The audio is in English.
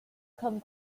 come